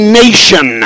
nation